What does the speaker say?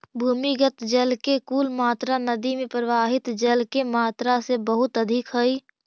भूमिगत जल के कुल मात्रा नदि में प्रवाहित जल के मात्रा से बहुत अधिक हई